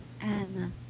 Anna